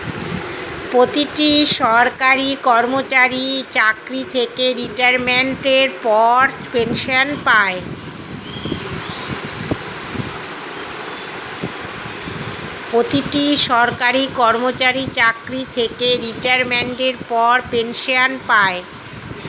প্রতিটি সরকারি কর্মচারী চাকরি থেকে রিটায়ারমেন্টের পর পেনশন পায়